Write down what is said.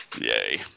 Yay